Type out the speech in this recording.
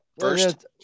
First